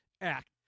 act